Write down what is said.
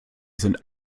sind